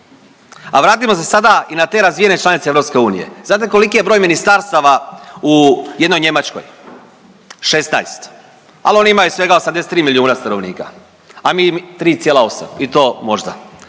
A vratimo se sada i na te razvijene članice EU. Znate koliki je broj ministarstava u jednoj Njemačkoj? 16, al oni imaju svega 83 milijuna stanovnika, a mi 3,8 i to možda.